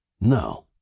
No